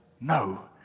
no